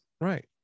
Right